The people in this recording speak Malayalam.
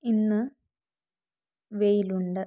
ഇന്ന് വെയിലുണ്ട്